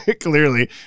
clearly